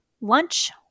lunch